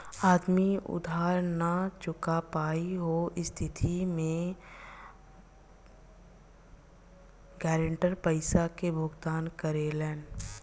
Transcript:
आदमी उधार ना चूका पायी ओह स्थिति में गारंटर पइसा के भुगतान करेलन